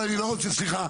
לא אני לא רוצה, סליחה.